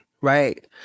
right